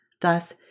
thus